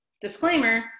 disclaimer